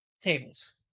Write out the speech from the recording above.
tables